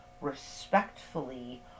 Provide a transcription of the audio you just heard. respectfully